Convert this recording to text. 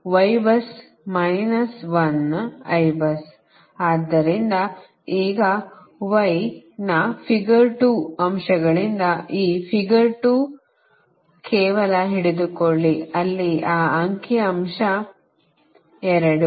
ಆದ್ದರಿಂದ ಈಗ Y ನ ಫಿಗರ್ 2 ಅಂಶಗಳಿಂದ ಈ ಫಿಗರ್ 2 ಕೇವಲ ಹಿಡಿದುಕೊಳ್ಳಿ ಅಲ್ಲಿ ಆ ಅಂಕಿ 2